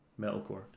metalcore